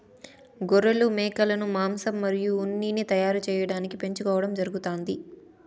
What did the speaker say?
గొర్రెలు, మేకలను మాంసం మరియు ఉన్నిని తయారు చేయటానికి పెంచుకోవడం జరుగుతాంది